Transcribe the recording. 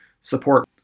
support